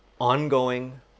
Ongoing